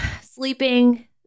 sleeping